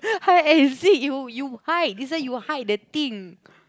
hide and seek you you hide this one you hide the thing